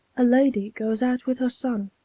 a lady goes out with her son,